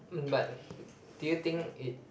um but do you think it